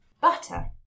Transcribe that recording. butter